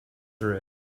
through